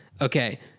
Okay